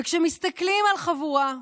וכשמסתכלים על חבורה,